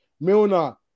Milner